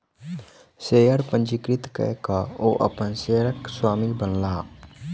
share पंजीकृत कय के ओ अपन शेयरक स्वामी बनला